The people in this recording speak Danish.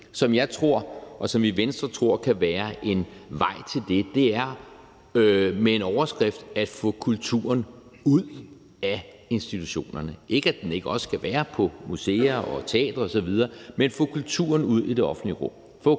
som jeg tror, og som vi i Venstre tror kan være en vej til det, er, som en overskrift, at få kulturen ud af institutionerne – ikke, at den ikke også skal være på museer og teatre osv., men at få kulturen ud i det offentlige rum.